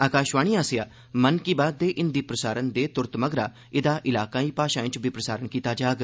आकाशवाणी आसेआ मन की बात दे हिंदी प्रसारण दे फौरन मगरा एह्दा इलाकाई भाषाएं च बी प्रसारण कीता जाग